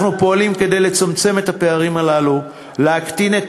אנחנו פועלים כדי לצמצם את הפערים הללו ולהקטין את